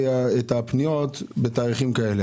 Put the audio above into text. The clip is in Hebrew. את הפניות בתאריכים כאלה.